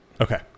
Okay